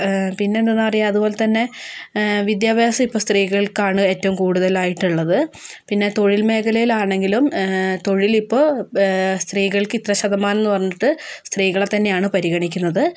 പിന്നെയെന്ത് എന്നാണ് പറയുക അതുപോലത്തന്നെ വിദ്യാഭ്യാസം ഇപ്പം സ്ത്രീകൾക്കാണ് ഏറ്റവും കൂടുതലായിട്ടുള്ളത് പിന്നെ തൊഴിൽ മേഖലയിലാണെങ്കിലും തൊഴിലിപ്പോൾ സ്ത്രീകൾക്ക് ഇത്ര ശതമാനം എന്നു പറഞ്ഞിട്ട് സ്ത്രീകള തന്നെയാണ് പരിഗണിക്കുന്നത്